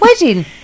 Wedding